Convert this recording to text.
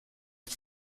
ist